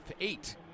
eight